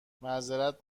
معذرت